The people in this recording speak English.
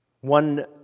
One